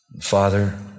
Father